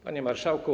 Panie Marszałku!